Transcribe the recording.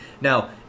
Now